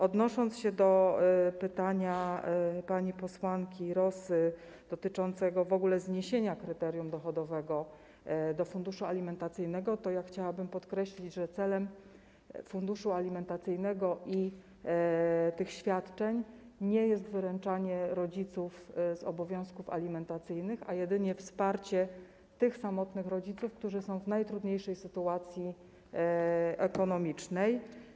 Odnosząc się do pytania pani posłanki Rosy dotyczącego zniesienia w ogóle kryterium dochodowego funduszu alimentacyjnego, chciałabym podkreślić, że celem funduszu alimentacyjnego i tych świadczeń nie jest wyręczanie rodziców w obowiązkach alimentacyjnych, a jedynie wsparcie tych samotnych rodziców, którzy są w najtrudniejszej sytuacji ekonomicznej.